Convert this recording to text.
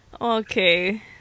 Okay